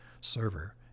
server